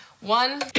One